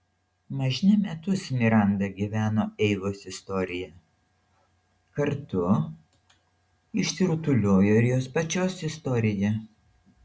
mažne metus miranda gyveno eivos istorija kartu išsirutuliojo ir jos pačios istorija